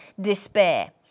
despair